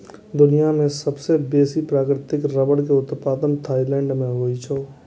दुनिया मे सबसं बेसी प्राकृतिक रबड़ के उत्पादन थाईलैंड मे होइ छै